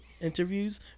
interviews